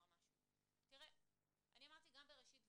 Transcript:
אני אמרתי גם בראשית דבריי,